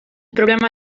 problema